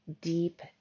deep